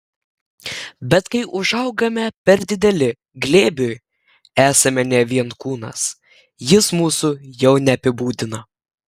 bet kai užaugame per dideli glėbiui esame ne vien kūnas jis mūsų jau neapibūdina